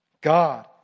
God